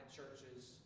churches